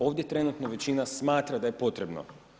Ovdje trenutno većina smatra da je potrebno.